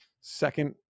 second